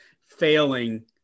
failing